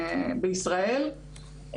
בישראל,